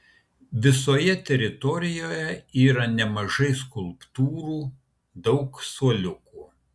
visoje teritorijoje yra nemažai skulptūrų daug suoliukų